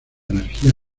energía